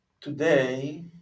today